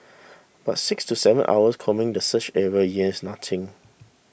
but six to seven hours combing the search area yields nothing